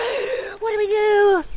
um what do we do!